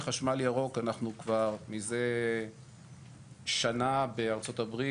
בחשמל ירוק אנחנו כבר מזה שנה בארצות הברית